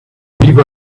leave